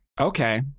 Okay